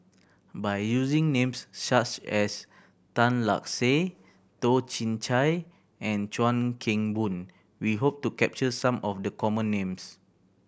by using names such as Tan Lark Sye Toh Chin Chye and Chuan Keng Boon we hope to capture some of the common names